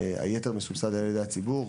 היתר מסובסד על ידי הציבור,